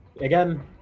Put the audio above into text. Again